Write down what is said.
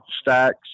Stacks